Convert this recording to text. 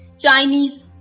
Chinese